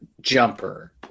jumper